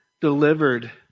delivered